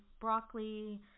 broccoli